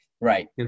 Right